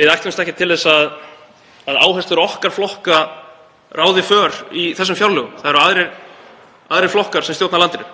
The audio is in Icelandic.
Við ætlumst ekki til þess að áherslur okkar flokka ráði för í þessum fjárlögum, það eru aðrir flokkar sem stjórna landinu.